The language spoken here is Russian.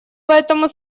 поэтому